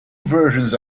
versions